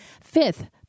Fifth